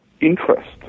interest